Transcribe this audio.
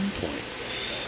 points